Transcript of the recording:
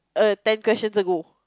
err ten questions ago